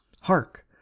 Hark